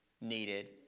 needed